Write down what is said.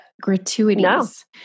gratuities